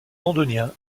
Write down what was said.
londonien